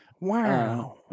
Wow